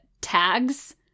tags